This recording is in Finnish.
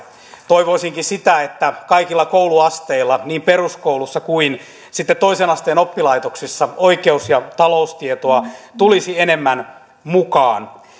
toivoisinkin että kaikilla kouluasteilla niin peruskoulussa kuin sitten toisen asteen oppilaitoksissa oikeus ja taloustietoa tulisi enemmän mukaan